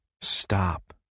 stop